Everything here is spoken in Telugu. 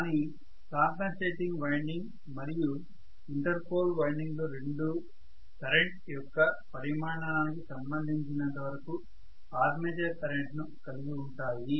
కానీ కాంపెన్సేటింగ్ వైండింగ్ మరియు ఇంటర్ పోల్ వైండింగ్లు రెండూ కరెంట్ యొక్క పరిమాణానికి సంబంధించినంతవరకు ఆర్మేచర్ కరెంట్ను కలిగి ఉంటాయి